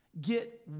get